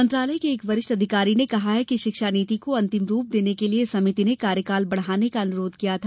मंत्रालय के एक वरिष्ठ अधिकारी ने कहा कि शिक्षा नीति को अंतिम रूप देने के लिये समिति ने कार्यकाल बढाने का अनुरोध किया था